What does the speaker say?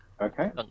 Okay